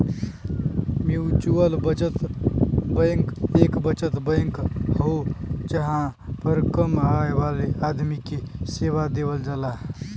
mutual बचत bank एक बचत बैंक हो जहां पर कम आय वाले आदमी के सेवा देवल जाला